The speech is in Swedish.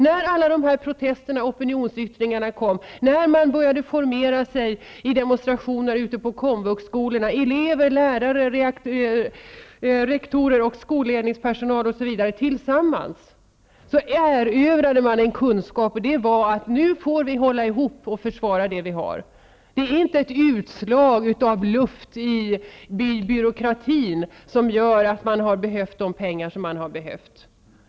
När alla dessa protester och opinionsyttringar kom, när skolelever, lärare, rektorer och personal på komvuxskolorna tillsammans började formera sig i demonstrationer, erövrade de tillsammans en kunskap, och det var att de måste hålla ihop och försvara det som de har. Det är inte ett utslag av luft i byråkratin som gör att man har behövt pengarna.